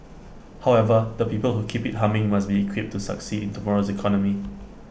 however the people who keep IT humming must be equipped to succeed in tomorrow's economy